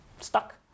stuck